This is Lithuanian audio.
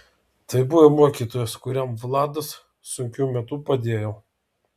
tai buvo mokytojas kuriam vladas sunkiu metu padėjo